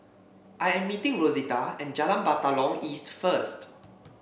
I am meeting Rosita at Jalan Batalong East first